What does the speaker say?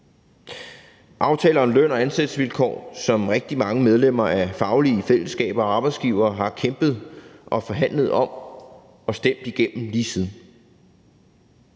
Aftaler om løn og ansættelsesvilkår har rigtig mange medlemmer af faglige fællesskaber og arbejdsgivere kæmpet for og forhandlet om og stemt igennem lige siden.